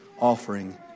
offering